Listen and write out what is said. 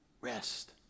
rest